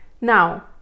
Now